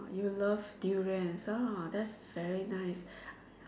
you love durians orh that's very nice